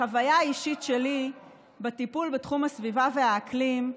בחוויה האישית שלי בטיפול בתחום הסביבה והאקלים,